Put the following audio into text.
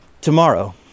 tomorrow